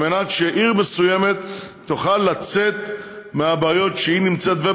על מנת שעיר מסוימת תוכל לצאת מהבעיות שהיא נמצאת בהן,